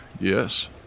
yes